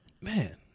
man